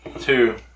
Two